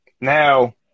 now